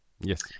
yes